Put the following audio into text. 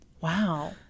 Wow